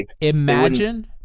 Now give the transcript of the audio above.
Imagine